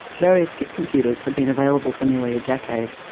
various kit computers had been available for nearly a decade,